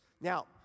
Now